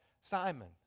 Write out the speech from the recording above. Simon